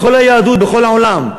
בכל היהדות בכל העולם,